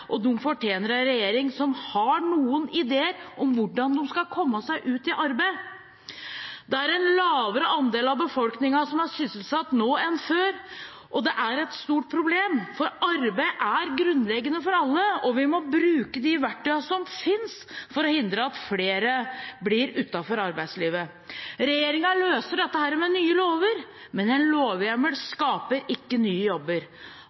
en lavere andel av befolkningen som er sysselsatt nå enn før, og det er et stort problem, for arbeid er grunnleggende for alle, og vi må bruke de verktøyene som finnes, for å hindre at flere havner utenfor arbeidslivet. Regjeringen løser dette med nye lover, men en lovhjemmel skaper ikke nye jobber.